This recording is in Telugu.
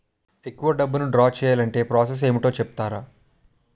ఎక్కువ డబ్బును ద్రా చేయాలి అంటే ప్రాస సస్ ఏమిటో చెప్తారా?